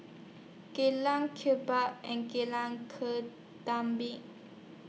Jalan and Jalan Ketumbit